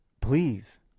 please